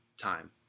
time